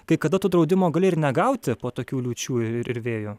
kai kada tu draudimo gali ir negauti po tokių liūčių ir vėjų